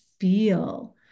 feel